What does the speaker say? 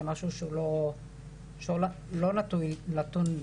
זה משהו שהוא לא נתון לשינוי.